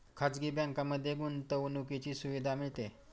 खाजगी बँकांमध्ये गुंतवणुकीची सुविधा मिळते